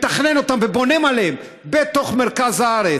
מתכנן אותם ובונה עליהם בתוך מרכז הארץ,